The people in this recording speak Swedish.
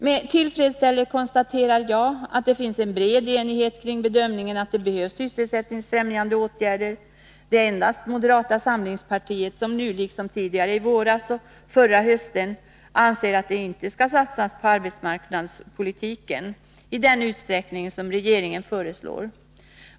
Med tillfredsställelse konstaterar jag att det finns en bred enighet kring bedömningen att det behövs sysselsättningsfrämjande åtgärder. Det är endast moderata samlingspartiet som anser, nu liksom tidigare i våras och förra hösten, att det inte skall satsas på arbetsmarknadspolitiken i den utsträckning som regeringen föreslår.